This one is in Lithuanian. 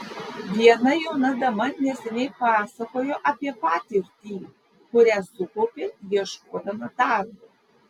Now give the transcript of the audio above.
viena jauna dama neseniai pasakojo apie patirtį kurią sukaupė ieškodama darbo